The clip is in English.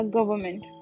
Government